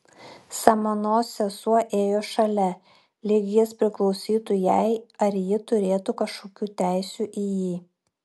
samanos sesuo ėjo šalia lyg jis priklausytų jai ar ji turėtų kažkokių teisių į jį